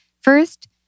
first